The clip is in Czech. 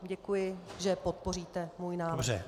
Děkuji, že podpoříte můj návrh.